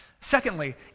Secondly